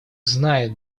знает